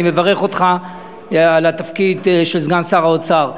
אני מברך אותך על התפקיד של סגן שר האוצר.